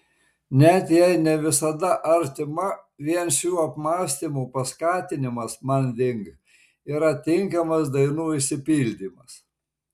net jei ne visada artima vien šių apmąstymų paskatinimas manding yra tinkamas dainų išsipildymas